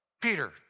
Peter